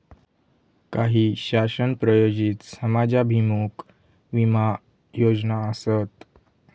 काही शासन प्रायोजित समाजाभिमुख विमा योजना आसत